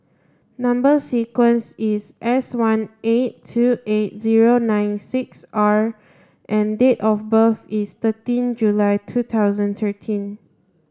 number sequence is S one eight two eight zero nine six R and date of birth is thirteen July two thousand thirteen